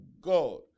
God